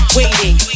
waiting